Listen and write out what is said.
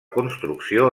construcció